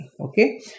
okay